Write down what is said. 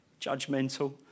judgmental